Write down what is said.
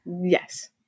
Yes